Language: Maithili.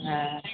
हाँ